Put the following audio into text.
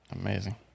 Amazing